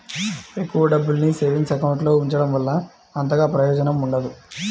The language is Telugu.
ఎక్కువ డబ్బుల్ని సేవింగ్స్ అకౌంట్ లో ఉంచడం వల్ల అంతగా ప్రయోజనం ఉండదు